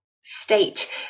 state